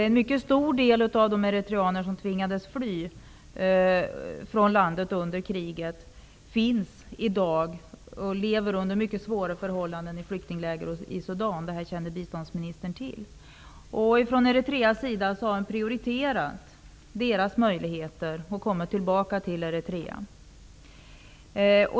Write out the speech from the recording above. En mycket stor del av de eritreaner som tvingades fly från landet under kriget lever i dag under mycket svåra förhållanden i flyktingläger i Sudan. Detta känner biståndsministern till. Från Eritreas sida har man prioriterat deras möjligheter att komma tillbaka till Eritrea.